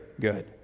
good